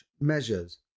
measures